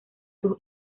sus